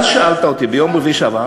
שאלת אותי ביום רביעי שעבר.